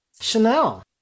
Chanel